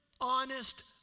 honest